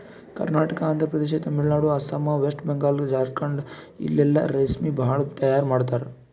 Karnataka, Andhra Pradesh, Tamil Nadu, Assam, West Bengal, Jharkhand ಇಲ್ಲೆಲ್ಲಾ ರೇಶ್ಮಿ ಭಾಳ್ ತೈಯಾರ್ ಮಾಡ್ತರ್